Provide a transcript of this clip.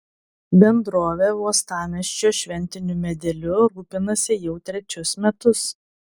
bendrovė uostamiesčio šventiniu medeliu rūpinasi jau trečius metus